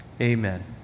Amen